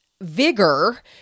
vigor